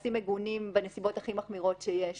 מעשים מגונים בנסיבות הכי מחמירות שיש שם.